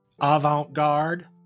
avant-garde